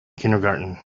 kindergarten